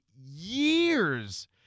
years